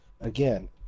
again